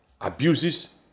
abuses